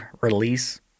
release